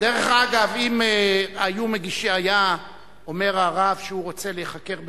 דרך אגב, אם היה אומר הרב שהוא רוצה להיחקר בביתו,